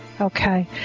Okay